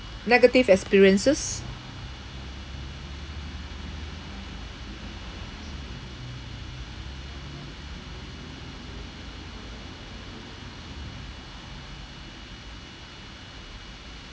negative experiences